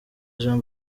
jean